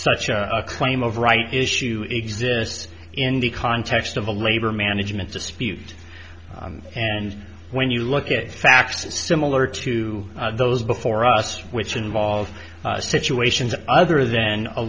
such a claim of rights issue exists in the context of a labor management dispute and when you look at facts similar to those before us which involve situations other than a